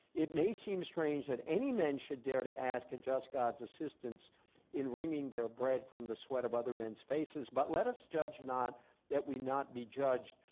it may seem strange that any men should dare to ask a just god's assistance in wringing their bread from the sweat of other men's faces but let us judge not that we not be judged.